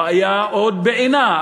הבעיה בעינה.